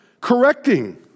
correcting